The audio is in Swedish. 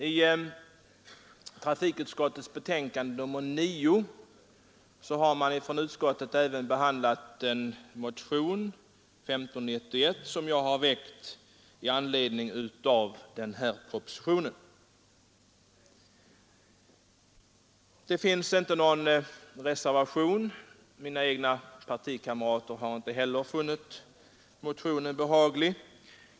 I trafikutskottets betänkande nr 9 behandlas även motionen 1591 som jag har väckt i anledning av den här propositionen. Det finns inte någon reservation till förmån för motionen — mina egna partikamrater har inte heller funnit motionen behaglig.